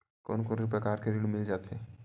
कोन कोन प्रकार के ऋण मिल जाथे?